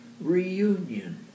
reunion